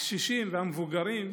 הקשישים והמבוגרים,